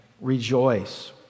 Rejoice